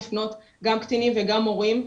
לפנות גם קטינים וגם הורים,